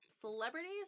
celebrities